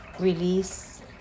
release